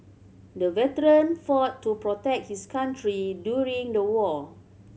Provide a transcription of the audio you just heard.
the veteran fought to protect his country during the war